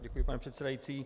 Děkuji, pane předsedající.